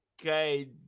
Okay